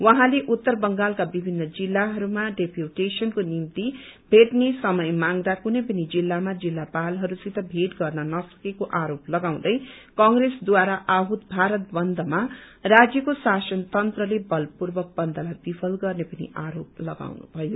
उहाँले उत्तर बंगालका विभिन्न जिल्लाहरूमा डेपूटेशनको निम्ति भेटने समय माग्दा कुनै पनि जिल्लामा जिल्लापालहस्पसित भेट गर्न नसकेको आरोप लगाउँदै कंग्रेसद्वारा आहूत भारत बन्दमा राज्यको शासनतन्त्रले बलपूर्वक बन्दलाई विफल गर्ने पनि आरोप लगाउनुभयो